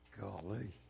golly